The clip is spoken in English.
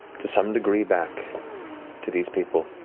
to some degree back to these people